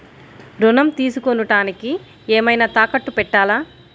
ఋణం తీసుకొనుటానికి ఏమైనా తాకట్టు పెట్టాలా?